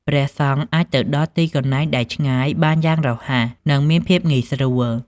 ព្រះសង្ឃអាចទៅដល់ទីកន្លែងដែលឆ្ងាយបានយ៉ាងរហ័ស និងមានភាពងាយស្រួល។